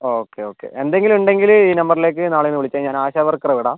okay okay എന്തെങ്കിലും ഉണ്ടെങ്കിൽ ഈ നമ്പറിലേക്ക് നാളെ ഒന്ന് വിളിച്ചാൽ മതി ഞാൻ ആശാ വർക്കറെ വിടാം